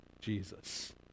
Jesus